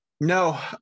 No